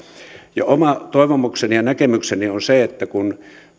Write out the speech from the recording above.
oma toivomukseni ja näkemykseni on että kun